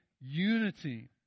unity